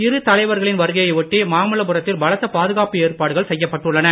இரு தலைவர்களின் வருகையை ஒட்டி மாமல்லபுரத்தில் பலத்த பாதுகாப்பு ஏற்பாடுகள் செய்யப்பட்டுள்ளன